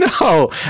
No